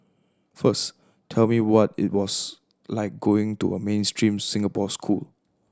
first tell me what it was like going to a mainstream Singapore school